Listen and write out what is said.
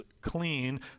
clean